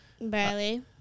Barely